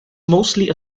mostly